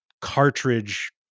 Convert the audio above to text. cartridge